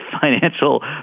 financial